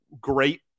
great